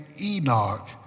Enoch